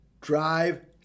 Drive